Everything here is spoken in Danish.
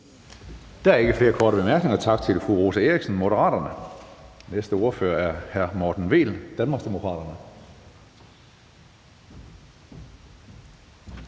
Der er ikke flere korte bemærkninger. Tak til fru Rosa Eriksen, Moderaterne. Næste ordfører er hr. Morten Vehl, Danmarksdemokraterne.